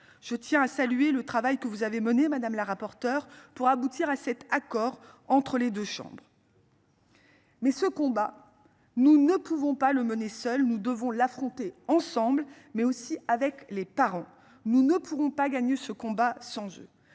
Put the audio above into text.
Je tiens à saluer le travail que vous avez mené madame la rapporteure pour aboutir à cet accord entre les deux chambres. Mais ce combat, nous ne pouvons pas le mener seuls, nous devons l'affronter ensemble mais aussi avec les parents, nous ne pourrons pas gagner ce combat sans jeu